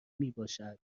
میباشد